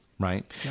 Right